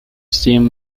steam